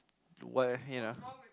what you know